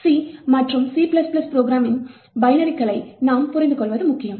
C மற்றும் C program பைனரிஸ்களை நாம் புரிந்துகொள்வது முக்கியம்